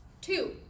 two